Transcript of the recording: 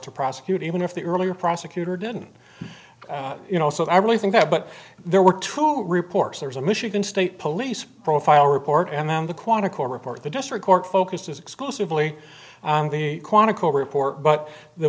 to prosecute even if the earlier prosecutor didn't you know so i really think that but there were two reports there's a michigan state police profile report and then the quantico report the district court focuses exclusively on the quantico report but the